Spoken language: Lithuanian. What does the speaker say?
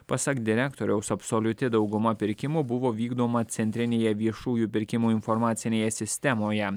pasak direktoriaus absoliuti dauguma pirkimų buvo vykdoma centrinėje viešųjų pirkimų informacinėje sistemoje